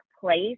place